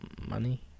money